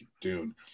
Dune